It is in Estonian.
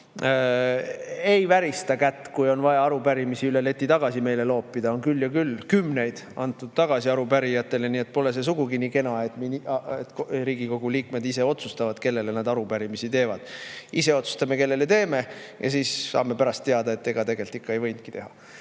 ei värista kätt, kui on vaja arupärimisi üle leti tagasi meile loopida. On küll ja küll, kümneid arupärijatele tagasi antud. Nii et pole see sugugi nii kena, et Riigikogu liikmed ise otsustavad, kellele nad arupärimisi teevad. Ise otsustame, kellele teeme, ja siis saame pärast teada, et ega tegelikult ikka ei võinud teha. Nüüd